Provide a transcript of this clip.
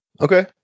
Okay